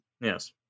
Yes